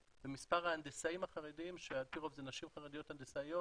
ומספר ההנדסאים החרדיים שעל פי רוב זה נשים חרדיות הנדסאיות,